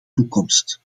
toekomst